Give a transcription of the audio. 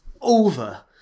Over